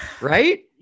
right